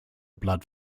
blood